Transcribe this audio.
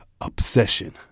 Obsession